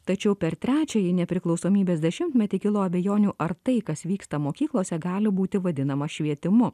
tačiau per trečiąjį nepriklausomybės dešimtmetį kilo abejonių ar tai kas vyksta mokyklose gali būti vadinama švietimu